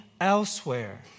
elsewhere